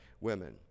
women